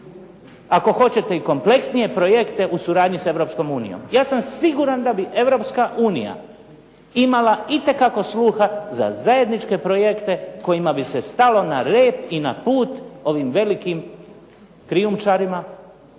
ako hoćete i kompleksnije projekte u suradnji s Europskom unijom. Ja sam siguran da bi Europska unija imala itekako sluha za zajedničke projekte kojima bi se stalo na rep i na put ovim velikim krijumčarima,